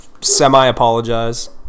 semi-apologize